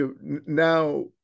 now